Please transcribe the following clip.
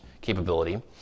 capability